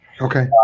okay